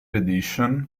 edition